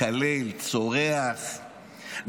מקלל, צורח,